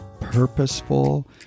purposeful